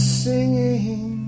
singing